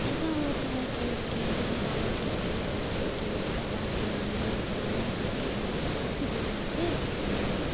ایسا ہوتا ہے کہ اس کے گھر والوں کی وجہ ان کی گھر والے دھیانے دھیان نہیں دیتے ہیں اسی وجہ سے